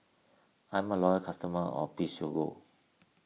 I'm a loyal customer of Physiogel